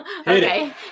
Okay